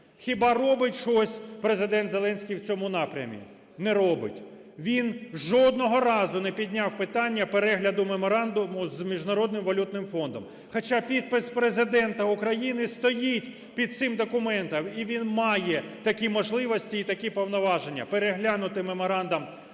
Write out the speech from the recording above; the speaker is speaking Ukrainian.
Хіба робить щось Президент Зеленський в цьому напрямі? Не робить. Він жодного разу не підняв питання перегляду меморандуму з Міжнародним валютним фондом, хоча підпис Президента України стоїть під цим документом, і він має такі можливості і такі повноваження – переглянути меморандум